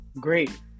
great